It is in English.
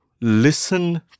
listen